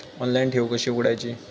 Online ठेव कशी उघडायची?